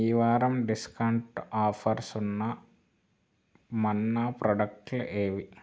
ఈవారం discount offers ఉన్న మన్నా ప్రోడక్ట్లు ఏవి